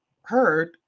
heard